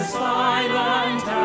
silent